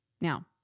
Now